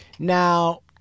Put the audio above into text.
Now